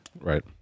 Right